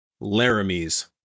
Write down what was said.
Laramie's